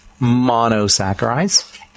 monosaccharides